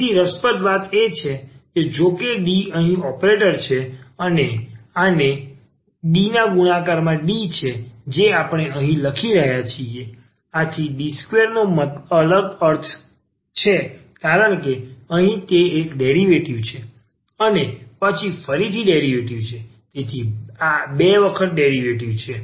તેથી રસપ્રદ વાત છે જોકે D અહીં ઓપરેટર છે અને D ના ગુણાકાર માં D છે જે આપણે અહીં લખી રહ્યા છીએ D2નો તેને અલગ અર્થ છે કારણ કે અહીં તે એક ડેરિવેટિવ છે અને પછી ફરીથી ડેરિવેટિવ છે તેથી બે વખત આ ડેરિવેટિવ છે